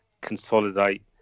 consolidate